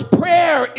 prayer